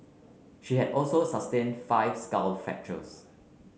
she had also sustained five skull fractures